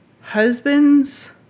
husband's